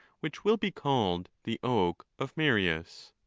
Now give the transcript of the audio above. which will be called the oak of marius.